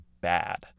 bad